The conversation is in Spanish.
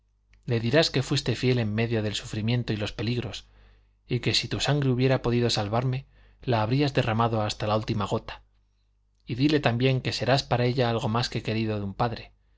le dirás que fuiste fiel en medio del sufrimiento y los peligros y que si tu sangre hubiera podido salvarme la habrías derramado hasta la última gota y dile también que serás para ella algo más querido que un padre